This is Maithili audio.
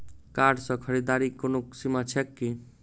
कार्ड सँ खरीददारीक कोनो सीमा छैक की?